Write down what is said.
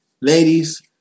Ladies